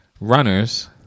runners